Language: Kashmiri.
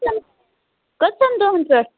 کٔژن دۄہن پیٚٹھ